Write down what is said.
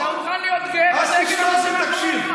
אתה הגזען, סמוטריץ'.